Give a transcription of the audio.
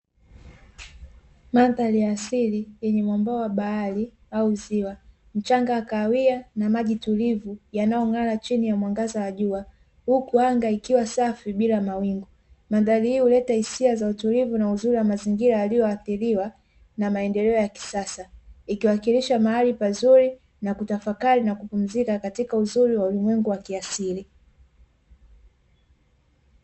Madhari ya asili yenye mwambao wa bahari au ziwa, mchanga wa kahawia na maji tulivu yanayongara chini ya mwangaza wa jua, huku anga ikiwa safi bila mawingu, mandhari hii huleta hisia za utulivu na uzuri na mazingira yaliyoathiriwa na maendeleo ya kisasa, ikiwakilisha mahali pazuri na kutafakari na kupumzika katika uzuri wa ulimwengu wa kiasili.